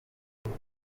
ibyo